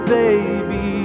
baby